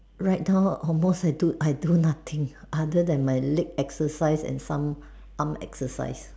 write down almost I do I do nothing other than my leg exercise and some arm exercise